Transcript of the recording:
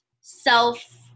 self